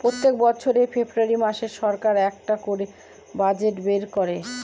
প্রত্যেক বছর ফেব্রুয়ারী মাসে সরকার একটা করে বাজেট বের করে